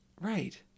Right